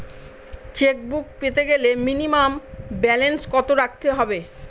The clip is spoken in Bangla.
চেকবুক পেতে গেলে মিনিমাম ব্যালেন্স কত রাখতে হবে?